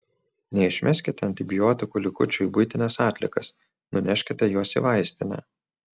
neišmeskite antibiotikų likučių į buitines atliekas nuneškite juos į vaistinę